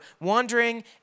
wandering